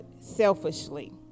selfishly